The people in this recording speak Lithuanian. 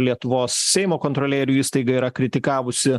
lietuvos seimo kontrolierių įstaiga yra kritikavusi